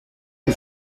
que